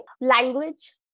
Language